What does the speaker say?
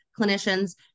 clinicians